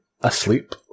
asleep